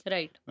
Right